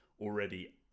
already